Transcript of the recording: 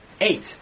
Eight